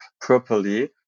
properly